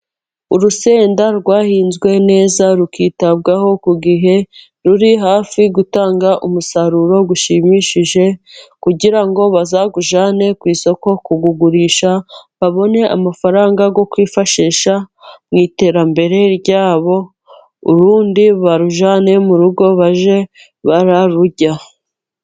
Urusenda rwahinzwe neza rukitabwaho ku gihe, ruri hafi gutanga umusaruro ushimishije, kugira ngo bazawujyane ku isoko kuwugurisha babone amafaranga yo kwifashisha mu iterambere ryabo, urundi barujyane mu rugo bajye barurya.